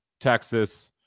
Texas